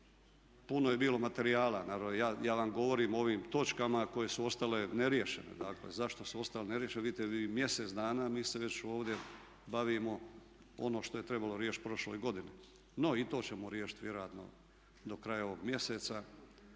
Puno je bilo materijala. Naravno ja vam govorim o ovim točkama koje su ostale neriješene. Dakle, zašto su ostale neriješene? Vidite vi mjesec dana mi se već ovdje bavimo ono što je trebalo riješiti u prošloj godini. No i to ćemo riješiti vjerojatno do kraja ovog mjeseca.